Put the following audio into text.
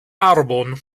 arbon